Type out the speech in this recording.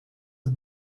het